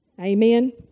Amen